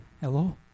Hello